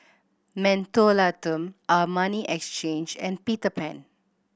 Mentholatum Armani Exchange and Peter Pan